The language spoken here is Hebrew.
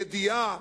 ידיעה